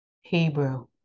Hebrew